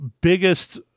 biggest